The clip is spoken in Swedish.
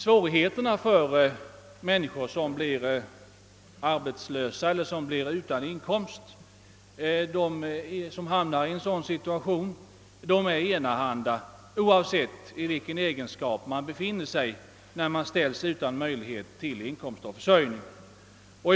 Svårigheterna för de människor som blir arbetslösa och därmed utan inkomst är enahanda, oavsett vilka arbetsuppgifter de har när de ställs utan möjlighet till inkomst och försörjning.